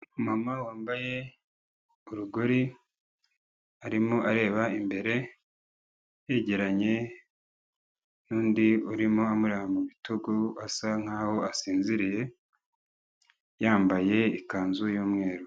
Umumama wambaye urugori arimo areba imbere yegeranye n'undi urimo amureba mu bitugu asa nkaho asinziriye yambaye ikanzu y'umweru.